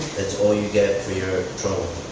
that's all you get for your trouble.